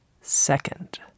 second